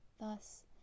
Thus